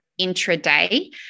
intraday